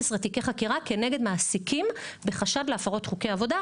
תיקי חקירה כנגד מעסיקים בחשד להפרות חוקי עבודה,